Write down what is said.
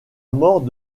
mort